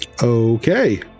Okay